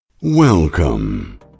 Welcome